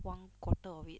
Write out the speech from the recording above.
one quarter of it